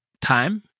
time